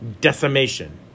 decimation